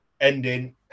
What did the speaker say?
Ending